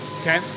Okay